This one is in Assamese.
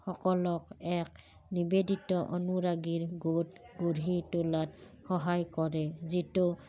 সকলক এক নিবেদিত অনুৰাগীৰ গোট গঢ়ি তোলাত সহায় কৰে যিটো